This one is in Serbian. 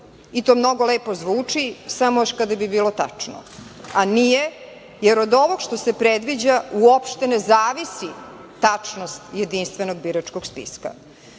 To mnogo lepo zvuči, samo još kada bi bilo tačno, a nije, jer od ovog što se predviđa uopšte ne zavisi tačnost Jedinstvenog biračkog